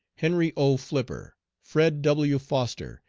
henry o. flipper, fred. w. foster,